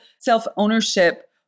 self-ownership